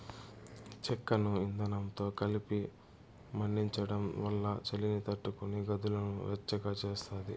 చెక్కను ఇందనంతో కలిపి మండించడం వల్ల చలిని తట్టుకొని గదులను వెచ్చగా చేస్తాది